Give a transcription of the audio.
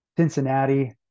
Cincinnati